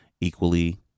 equally